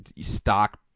stock